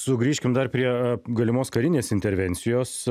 sugrįžkim dar prie galimos karinės intervencijos